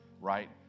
right